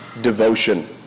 devotion